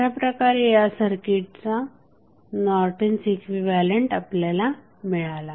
अशाप्रकारे या सर्किटचा नॉर्टन्स इक्विव्हॅलंट आपल्याला मिळाला